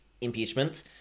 impeachment